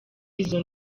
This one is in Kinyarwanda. izo